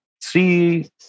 see